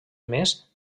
mes